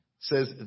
says